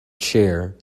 chair